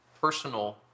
personal